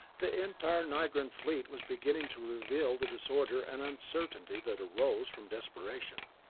the entire nigran fleet was beginning to reveal the disorder and uncertainty that arose from desperation,